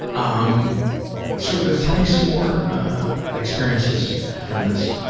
um sort of ah tell me some more experiences from this.